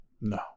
No